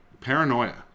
paranoia